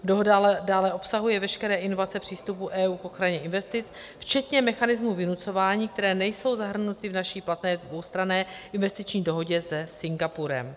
Dohoda ale dále obsahuje veškeré inovace přístupu EU k ochraně investic, včetně mechanismů vynucování, které nejsou zahrnuty v naší platné dvoustranné investiční dohodě se Singapurem.